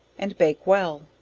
and bake well.